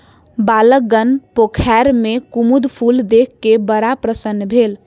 बालकगण पोखैर में कुमुद फूल देख क बड़ प्रसन्न भेल